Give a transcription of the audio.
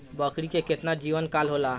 बकरी के केतना जीवन काल होला?